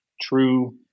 true